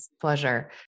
pleasure